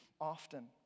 often